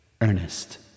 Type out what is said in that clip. Ernest